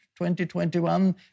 2021